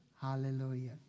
Hallelujah